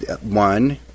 one